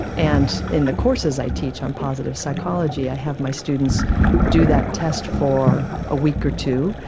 and in the courses i teach on positive psychology i have my students do that test for a week or two,